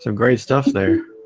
so great stuff there